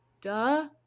Duh